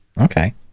Okay